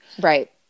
Right